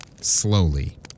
slowly